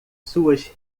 suas